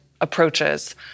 approaches